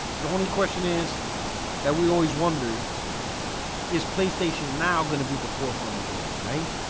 the only question is that we always wondered is playstation now gonna be the forefront in gaming right?